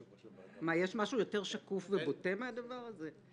מה, יש משהו יותר שקוף ובוטה מהדבר הזה?